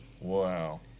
Wow